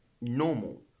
normal